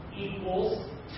equals